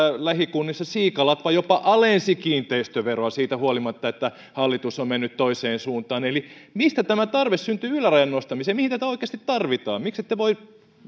lähikunnista siikalatva jopa alensi kiinteistöveroa siitä huolimatta että hallitus on mennyt toiseen suuntaan eli mistä syntyy tämä tarve ylärajan nostamiseen mihin tätä oikeasti tarvitaan miksi ette voi